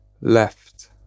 left